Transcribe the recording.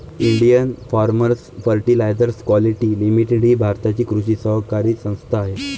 Indian farmers fertiliser quality limited ही भारताची कृषी सहकारी संस्था आहे